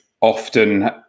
often